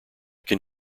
can